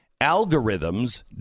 Algorithms